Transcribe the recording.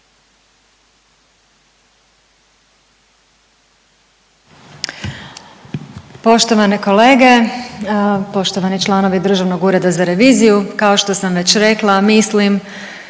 Poštovane kolege, poštovani članovi Državnog ureda za reviziju. Kao što sam već rekla mislim